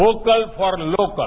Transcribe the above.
vocal for local